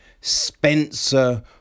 Spencer